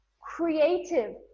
creative